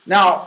Now